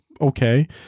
okay